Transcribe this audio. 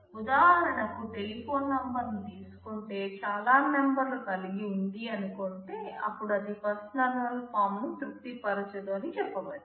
ఉదాహరణకు telephone number ను తీసుకుంటే చాలా నంబర్లు కలిగి ఉంది అనుకుంటే అపుడు అది ఫస్ట్ నార్మల్ ఫాం ను తృప్తి పరచదు అని చెప్పవచ్చు